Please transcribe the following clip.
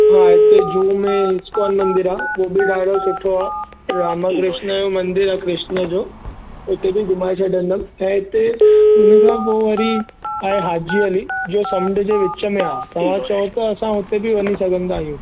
हा हिते जुहू में इस्कॉन मंदर आहे उहो बि ॾाढो सुठो आहे रामा कृष्णा जो मंदर आहे कृष्ण जो उते बि घुमाए छॾींदुमि त हिते उन खां पोइ वरी आहे हाजी अली जो समुंद्र जे विच में आहे तव्हां चओ त असां उते बि वञी सघंदा आहियूं